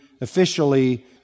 officially